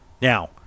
Now